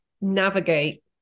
navigate